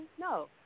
no